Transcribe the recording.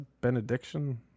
benediction